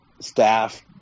staff